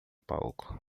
palco